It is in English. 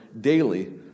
daily